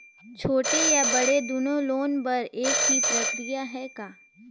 छोटे या बड़े दुनो लोन बर एक ही प्रक्रिया है का?